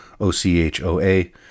O-C-H-O-A